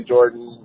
Jordan